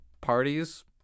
parties